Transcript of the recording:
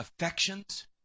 affections